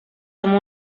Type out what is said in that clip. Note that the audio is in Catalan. amb